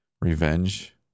revenge